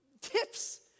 tips